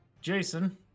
Jason